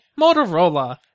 Motorola